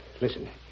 Listen